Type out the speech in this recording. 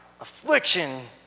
affliction